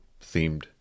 themed